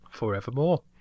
forevermore